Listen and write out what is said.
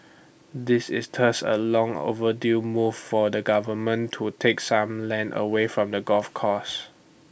this is thus A long overdue move for the government to take some land away from the golf courses